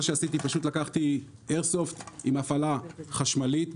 לקחתי איירסופט עם הפעלה חשמלית,